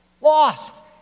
Lost